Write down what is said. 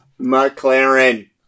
McLaren